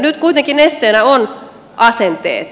nyt kuitenkin esteenä ovat asenteet